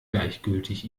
gleichgültig